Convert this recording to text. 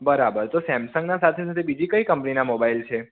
બરાબર તો સેમસંગના સાથે સાથે બીજી કઈ કંપનીના મોબાઈલ છે